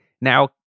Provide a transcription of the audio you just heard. now